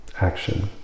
Action